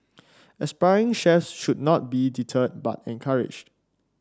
aspiring chefs should not be deterred but encouraged